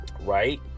right